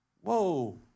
Whoa